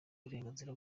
burenganzira